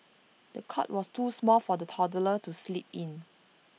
the cot was too small for the toddler to sleep in